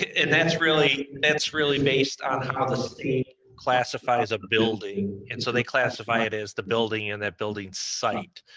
and that's really that's really based on how the state classifies a building. and so they classify it as the building and that building site.